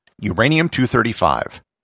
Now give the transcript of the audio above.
Uranium-235